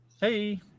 hey